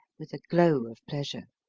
with a glow of pleasure.